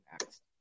next